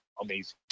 amazing